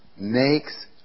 makes